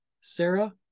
Sarah